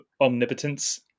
omnipotence